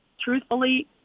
truthfully